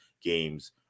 games